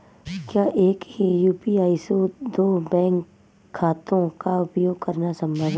क्या एक ही यू.पी.आई से दो बैंक खातों का उपयोग करना संभव है?